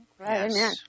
Amen